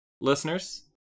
Listeners